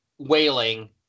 wailing